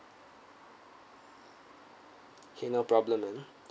okay no problem ma'am